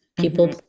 people